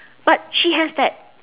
but she has that